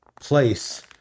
place